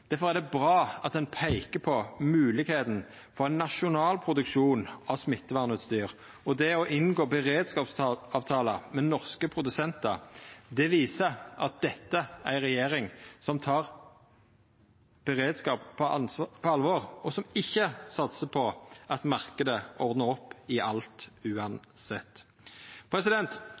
er det bra at ein peiker på moglegheita for ein nasjonal produksjon av smittevernutstyr. Det å inngå beredskapsavtalar med norske produsentar viser at dette er ei regjering som tek beredskap på alvor, og som ikkje satsar på at marknaden ordnar opp i alt uansett.